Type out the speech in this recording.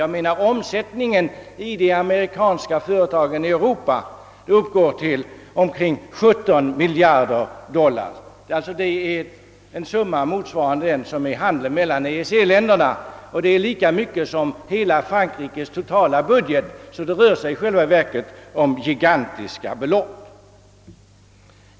Omsättningen inom de amerikanska företagen i Europa uppgår till omkring 17 miljarder dollar, alltså en summa motsvarande vad handeln mellan EEC länderna ger och lika mycket som Frankrikes totalbudget. Det rör sig följaktligen i själva verket om gigantiska belopp.